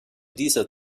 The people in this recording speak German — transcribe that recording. dieser